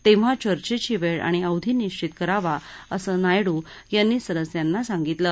तछ्छा चर्चेची वळीआणि अवधी निश्वित करावा असं नायडू यांनी सदस्यांना सांगितलं